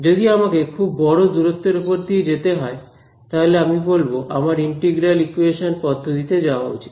যদি আমাকে খুব বড় দূরত্ব এর উপর দিয়ে যেতে হয় তাহলে আমি বলব আমার ইন্টিগ্রাল ইকুয়েশন পদ্ধতিতে যাওয়া উচিত